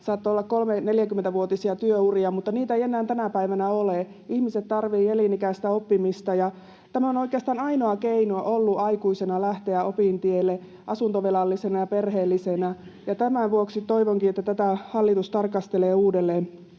Saattoi olla 30—40-vuotisia työuria, mutta niitä ei enää tänä päivänä ole. Ihmiset tarvitsevat elinikäistä oppimista, ja tämä on ollut oikeastaan ainoa keino lähteä opintielle aikuisena, asuntovelallisena ja perheellisenä. Tämän vuoksi toivonkin, että tätä hallitus tarkastelee uudelleen.